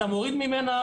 כשאתה מוריד ממנה,